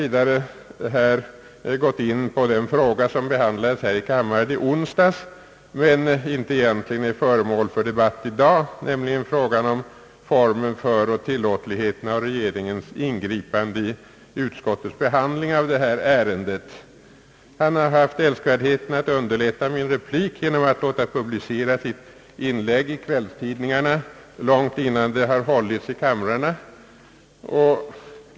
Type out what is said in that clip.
Statsrådet har vidare gått in på den fråga som behandlades här i kammaren i onsdags, men som egentligen inte är föremål för debatt i dag, nämligen frågan om formen för och tillåtligheten av regeringens ingripande i utskottets behandling av detta ärende. Han har haft älskvärdheten att underlätta min replik genom att låta publicera sitt inlägg i kvällstidningarna långt innan det har hållits i kamrarna.